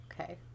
Okay